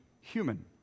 human